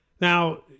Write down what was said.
Now